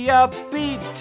upbeat